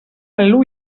deien